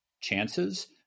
chances